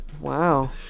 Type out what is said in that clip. Wow